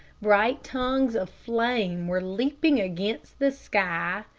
bright tongues of flame were leaping against the sky,